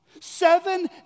Seven